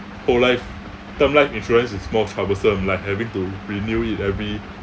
whole life term life insurance is more troublesome like having to renew it every